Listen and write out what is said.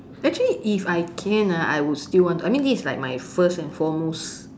actually if I can ah I would still want I mean this like is my first and foremost